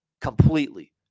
completely